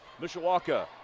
Mishawaka